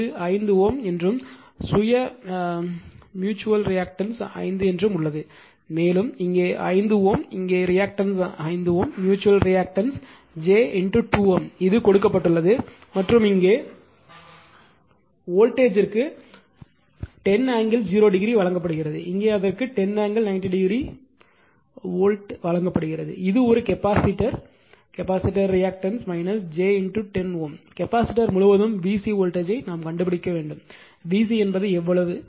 இது 5 Ω என்றும் சுய ம்யூச்சுவல் ரியாக்டன்ஸ் 5 என்றும் உள்ளது மேலும் இங்கே 5 Ω இங்கே ரியாக்டன்ஸ் 5 Ω ம்யூச்சுவல்ம் ரியாக்டன்ஸ் j 2 Ω இது கொடுக்கப்பட்டுள்ளது மற்றும் இங்கே வோல்டேஜ்த்திற்கு 10 ஆங்கிள் 0 டிகிரி வழங்கப்படுகிறது இங்கே அதற்கு 10 ஆங்கிள் 90 டிகிரி வோல்ட் வழங்கப்படுகிறது இது ஒரு capacitor capacitor reactance j 10 Ω capacitor முழுவதும் V c வோல்டேஜ்யைக் கண்டுபிடிக்க வேண்டும் V c என்பது எவ்வளவு